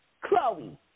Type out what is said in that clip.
Chloe